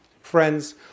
friends